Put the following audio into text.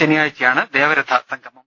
ശനിയാഴ്ചയാണ് ദേവരഥ സംഗമം